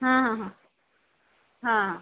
हां हां हां हां